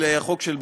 לחוק של בצלאל,